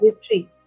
history